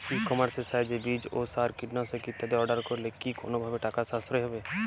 ই কমার্সের সাহায্যে বীজ সার ও কীটনাশক ইত্যাদি অর্ডার করলে কি কোনোভাবে টাকার সাশ্রয় হবে?